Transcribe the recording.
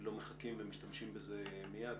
לא מחכים ומשתמשים בזה מייד,